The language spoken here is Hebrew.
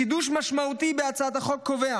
חידוש משמעותי בהצעת החוק קובע